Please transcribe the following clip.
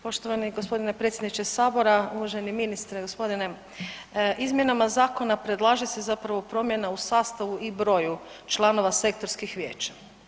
Poštovani g. predsjedniče Sabora, uvaženi ministre, gospodine, izmjenama zakona predlaže se zapravo promjena u sastavu i broju članova sektorskih vijeća.